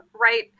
right